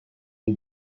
des